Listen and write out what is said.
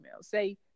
say